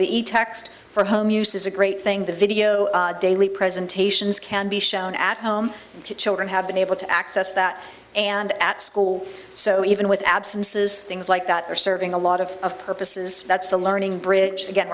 text for home use is a great thing the video daily presentations can be shown at home children have been able to access that and at school so even with absences things like that are serving a lot of purposes that's the learning bridge again